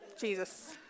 Jesus